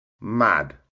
Mad